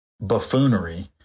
buffoonery